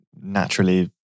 naturally